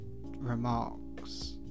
remarks